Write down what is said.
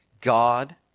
God